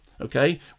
okay